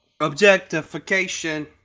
Objectification